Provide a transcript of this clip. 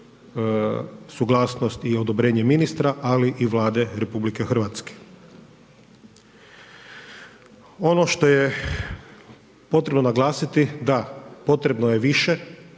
suglasnost i odobrenje ministra ali i Vlade RH. Ono što je potrebno naglasiti da potrebno je više